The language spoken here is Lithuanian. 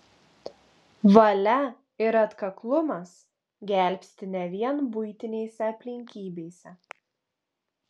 valia ir atkaklumas gelbsti ne vien buitinėse aplinkybėse